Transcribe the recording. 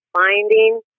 finding